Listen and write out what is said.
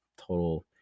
total